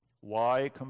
why